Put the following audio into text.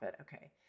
Okay